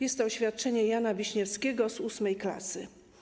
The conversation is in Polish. Jest to oświadczenie Jana Wiśniewskiego z VIII klasy.